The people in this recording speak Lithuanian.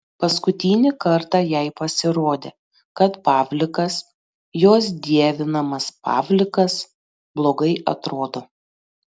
paskutinį kartą jai pasirodė kad pavlikas jos dievinamas pavlikas blogai atrodo